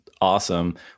awesome